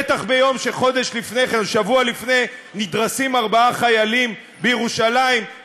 בטח ביום ששבוע לפני נדרסים ארבעה חיילים בירושלים,